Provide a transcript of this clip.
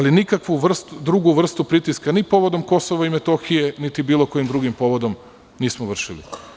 Nikakvu drugu vrstu pritiska ni povodom Kosova i Metohije, niti bilo kojim drugim povodom nismo vršili.